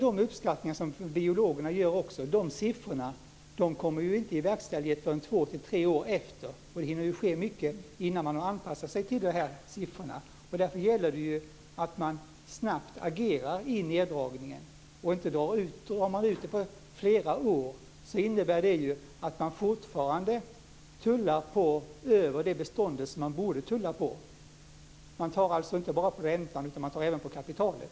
De uppskattningar som biologerna gör är ju siffror som inte kommer i verkställighet förrän två tre år efter. Det hinner ske mycket innan man har anpassat sig till de siffrorna. Därför gäller det att man agerar snabbt i neddragningen. Drar man ut på den i flera år innebär det ju att man fortfarande tullar mer på beståndet än man borde göra. Man tar alltså inte bara av räntan utan man tar även av kapitalet.